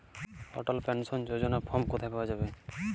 অটল pension যোজনার form কোথায় পাওয়া যাবে?